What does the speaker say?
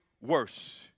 worse